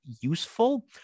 useful